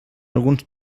alguns